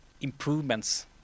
improvements